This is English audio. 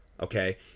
Okay